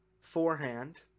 forehand